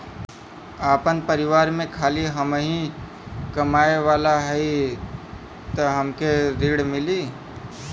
आपन परिवार में खाली हमहीं कमाये वाला हई तह हमके ऋण मिली?